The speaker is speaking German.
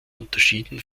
unterschieden